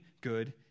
good